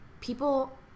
people